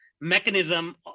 mechanism